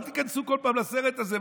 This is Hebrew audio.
אל תיכנסו כל פעם לסרט הזה,